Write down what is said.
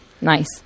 Nice